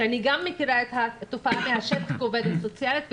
שאני גם מכירה את התופעה מהשטח כעובדת סוציאלית וכחוקרת,